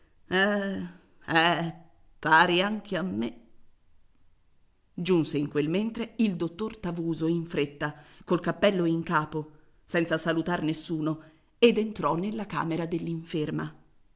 eh eh pare anche a me giunse in quel mentre il dottor tavuso in fretta col cappello in capo senza salutar nessuno ed entrò nella camera